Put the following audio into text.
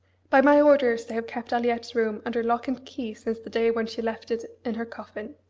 by my orders they have kept aliette's room under lock and key since the day when she left it in her coffin.